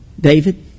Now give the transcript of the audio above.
David